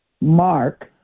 Mark